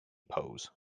pose